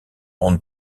rentre